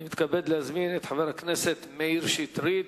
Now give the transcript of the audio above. אני מתכבד להזמין את חבר הכנסת מאיר שטרית,